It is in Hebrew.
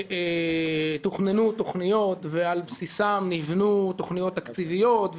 תוכננו תוכניות ועל בסיסן נבנו תוכניות תקציביות,